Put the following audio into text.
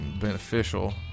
beneficial